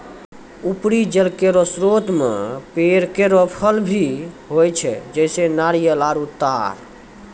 उपरी जल केरो स्रोत म पेड़ केरो फल भी होय छै, जैसें नारियल आरु तार